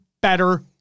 better